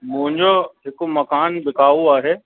मुंहिंजो हिकु मकान बिकाउ आहे